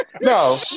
No